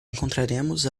encontraremos